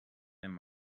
wenn